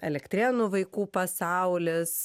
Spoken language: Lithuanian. elektrėnų vaikų pasaulis